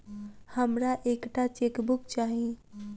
हमरा एक टा चेकबुक चाहि